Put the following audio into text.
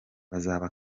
bazaba